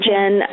Jen